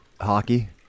hockey